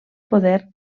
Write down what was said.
poder